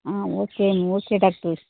ah okay okay doctor